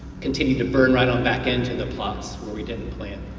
continue to burn right on back and to the plots where we did plant,